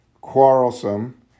quarrelsome